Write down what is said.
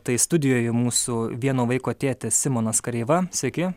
tai studijoje mūsų vieno vaiko tėtis simonas kareiva sveiki